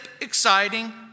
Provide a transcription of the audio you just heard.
exciting